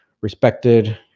respected